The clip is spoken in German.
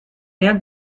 mehr